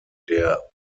der